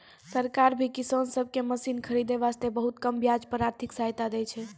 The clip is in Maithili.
सरकार भी किसान सब कॅ मशीन खरीदै वास्तॅ बहुत कम ब्याज पर आर्थिक सहायता दै छै